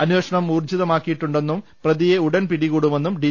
അന്വേഷണം ഊർജ്ജിത മാക്കിയിട്ടുണ്ടെന്നും പ്രതിയെ ഉടൻ പിടികൂടുമെന്നും ഡി